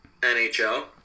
NHL